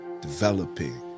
developing